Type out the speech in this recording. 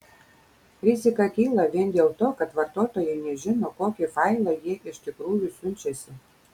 rizika kyla vien dėl to kad vartotojai nežino kokį failą jie iš tikrųjų siunčiasi